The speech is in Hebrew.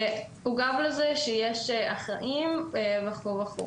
התגובה הייתה שיש אחראים וכולי.